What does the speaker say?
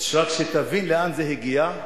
רק שתבין לאן זה הגיע.